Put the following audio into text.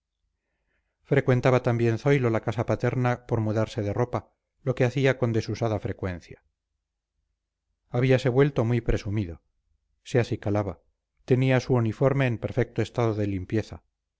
frecuentaba también zoilo la casa paterna por mudarse de ropa lo que hacía con desusada frecuencia habíase vuelto muy presumido se acicalaba tenía su uniforme en perfecto estado de limpieza